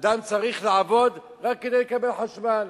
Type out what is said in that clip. אדם צריך לעבוד רק כדי לקבל חשמל.